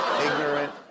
Ignorant